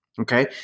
Okay